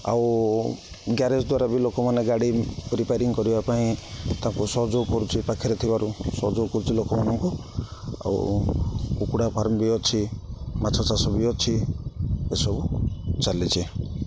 ଆଉ ଗ୍ୟାରେଜ୍ ଦ୍ୱାରା ବି ଲୋକମାନେ ଗାଡ଼ି ରିପ୍ୟାରିଂ କରିବା ପାଇଁ ତାକୁ ସହଯୋଗ କରୁଛି ପାଖରେ ଥିବାରୁ ସହଯୋଗ କରୁଛି ଲୋକମାନଙ୍କୁ ଆଉ କୁକୁଡ଼ା ଫାର୍ମ ବି ଅଛି ମାଛ ଚାଷ ବି ଅଛି ଏସବୁ ଚାଲିଛିି